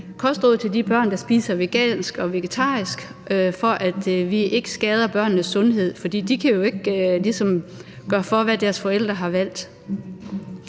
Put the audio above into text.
kostråd til de børn, der spiser vegansk og vegetarisk, for at vi ikke skader børnenes sundhed. For de kan jo ligesom ikke gøre for, hvad deres forældre har valgt.